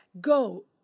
go